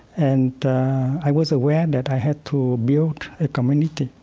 and i was aware that i had to build a community.